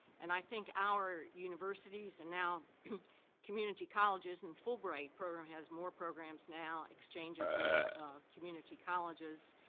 and i think our universities, and now community colleges. and fulbright program has more programs now, exchanges with community colleges,